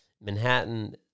Manhattan